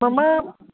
मम